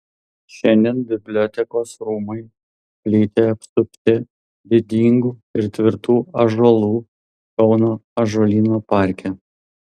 šiandien bibliotekos rūmai plyti apsupti didingų ir tvirtų ąžuolų kauno ąžuolyno parke